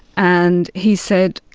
and he said,